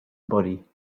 body